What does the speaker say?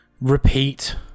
repeat